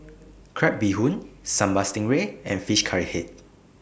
Crab Bee Hoon Sambal Stingray and Fish Head Curry